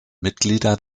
mitglieder